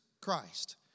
Christ